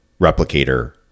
replicator